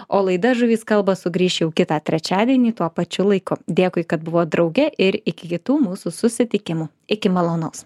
o laida žuvys kalba sugrįš jau kitą trečiadienį tuo pačiu laiku dėkui kad buvot drauge ir iki tų mūsų susitikimų iki malonaus